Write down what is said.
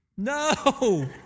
No